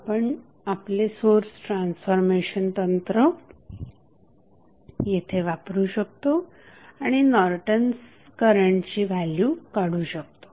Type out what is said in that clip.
आपण आपले source transformation तंत्र येथे वापरू शकतो आणि नॉर्टन्स करंटची व्हॅल्यू काढू शकतो